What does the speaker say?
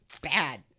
Bad